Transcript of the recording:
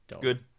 Good